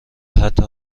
حتا